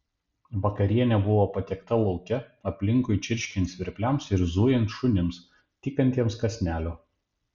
vakarienė buvo patiekta lauke aplinkui čirškiant svirpliams ir zujant šunims tykantiems kąsnelio